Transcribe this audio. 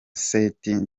seth